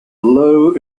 low